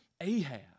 Ahab